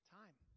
time